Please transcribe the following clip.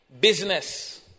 business